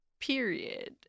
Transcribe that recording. period